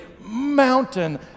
mountain